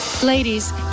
Ladies